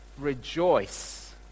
Rejoice